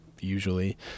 usually